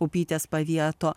upytės pavieto